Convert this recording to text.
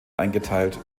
eingeteilt